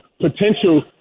potential